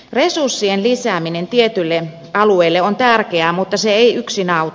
resurssien lisääminen tietyille alueille on tärkeää mutta se ei yksin auta